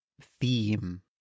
theme